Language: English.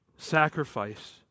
Sacrifice